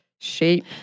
shape